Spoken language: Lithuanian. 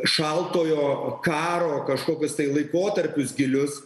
šaltojo karo kažkokius tai laikotarpius gilius